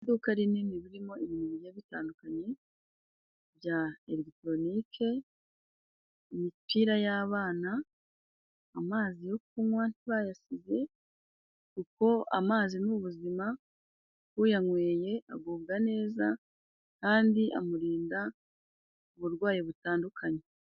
Iduka rinini ririmo bigiye bitandukanye bya elegitoronike, imipira y'abana , amazi yo kunywa ntibayasize kuko amazi ni ubuzima uyanyweye agubwa neza kandi amurinda uburwayi butandukanye.